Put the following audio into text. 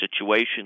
situation